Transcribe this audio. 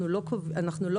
אנחנו לא